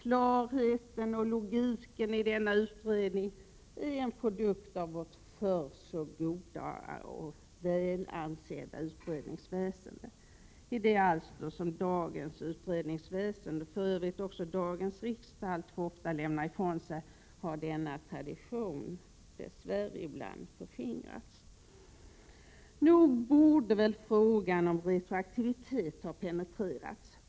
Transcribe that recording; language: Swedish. Klarheten och logiken av denna utredning är en produkt av vårt förr så väl ansedda utredningsväsende. I de alster som dagens utredningsväsende och för övrigt också dagens riksdag alltför ofta lämnar ifrån sig har denna tradition dess värre ibland förskingrats. Nog borde väl frågan om retroaktivitet ha penetrerats.